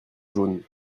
jaunes